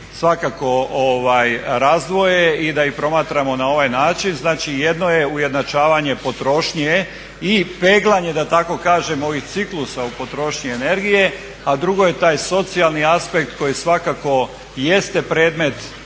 svakako razdvoje i da ih promatramo na ovaj način. Znači jedno je ujednačavanje potrošnje i peglanje da tako kažem ovih ciklusa u potrošnji energije, a drugo je taj socijalni aspekt koji svakako jeste predmet